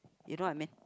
you know I mean